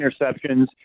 interceptions